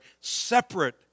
separate